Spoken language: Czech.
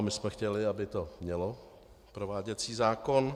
My jsme chtěli, aby to jelo, prováděcí zákon.